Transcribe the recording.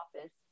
office